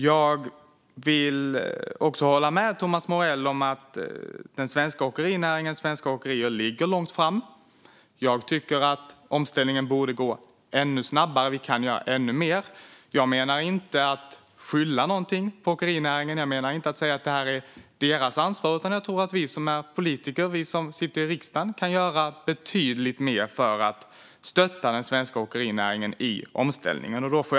Jag vill hålla med Thomas Morell om att den svenska åkerinäringen och svenska åkerier ligger långt fram. Jag tycker att omställningen borde gå ännu snabbare. Vi kan göra ännu mer. Jag menar inte att skylla någonting på åkerinäringen och att säga att det är deras ansvar. Vi som är politiker och som sitter i riksdagen kan göra betydligt mer för att stötta den svenska åkerinäringen i omställningen. Fru talman!